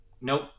Nope